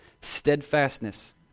steadfastness